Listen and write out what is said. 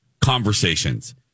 conversations